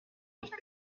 nicht